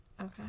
Okay